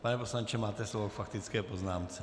Pane poslanče, máte slovo k faktické poznámce.